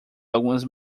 algumas